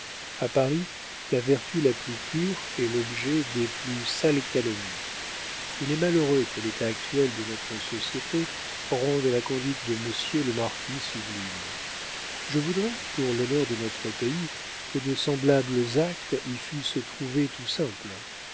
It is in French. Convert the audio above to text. a paris la vertu la plus pure est l'objet des plus sales calomnies il est malheureux que l'état actuel de notre société rende la conduite de monsieur le marquis sublime je voudrais pour l'honneur de notre pays que de semblables actes y fussent trouvés tout simples